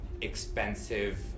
expensive